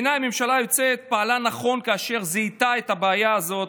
בעיניי הממשלה היוצאת פעלה נכון כאשר זיהתה את הבעיה הזאת,